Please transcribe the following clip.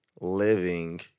living